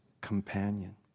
companion